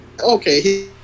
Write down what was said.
Okay